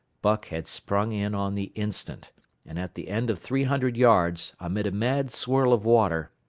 buck had sprung in on the instant and at the end of three hundred yards, amid a mad swirl of water,